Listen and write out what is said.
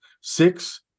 Six